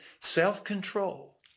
self-control